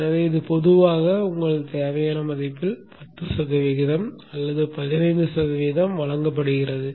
எனவே இது பொதுவாக உங்கள் தேவையான மதிப்பில் 10 சதவீதம் அல்லது 15 சதவீதம் வழங்கப்படுகிறது